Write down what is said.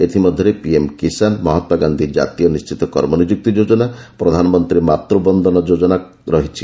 ଏଥିମଧ୍ୟରେ ପିଏମ୍ କିଷାନ ମହାତ୍ମା ଗାନ୍ଧୀ ଜାତୀୟ ନିଶ୍ଚିତ କର୍ମନିଯୁକ୍ତି ଯୋଜନା ପ୍ରଧାନମନ୍ତ୍ରୀ ମାତୃ ବନ୍ଦନା ଯୋଜନା ରହିଛି